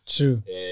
True